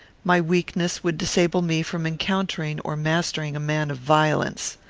my weakness would disable me from encountering or mastering a man of violence.